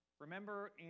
Remember